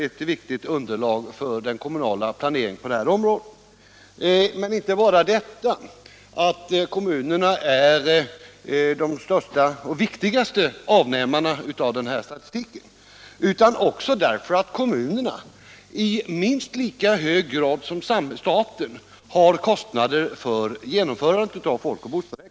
Men kommunerna är inte bara de största och viktigaste intressenterna när det gäller den här statistiken, utan de har i minst lika hög grad som staten kostnader för genomförandet av folk och bostadsräkningarna.